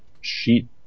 sheet